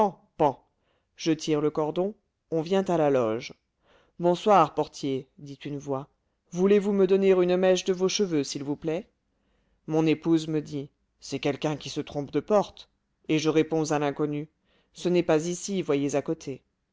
je tire le cordon on vient à la loge bonsoir portier dit une voix voulez-vous me donner une mèche de vos cheveux s'il vous plaît mon épouse me dit c'est quelqu'un qui se trompe de porte et je réponds à l'inconnu ce n'est pas ici voyez à côté